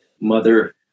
mother